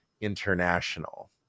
International